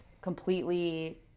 completely